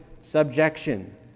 subjection